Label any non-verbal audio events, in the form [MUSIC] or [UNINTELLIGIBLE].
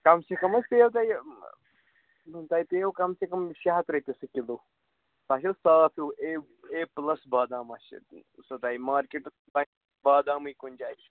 کم سے کم حظ پیٚیَو تۄہہِ تۄہہِ پیٚیَو کم سے کم شےٚ ہَتھ رۄپیہِ سُہ کِلوٗ اگر صاف ہیوٗ اے اے پٕلَس بادام آسہِ یہِ سُہ تۄہہِ مارٕکیٹ [UNINTELLIGIBLE] بادامٕے کُنہِ جایہِ